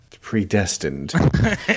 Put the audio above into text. predestined